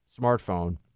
smartphone